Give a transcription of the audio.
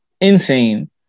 insane